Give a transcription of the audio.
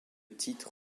titre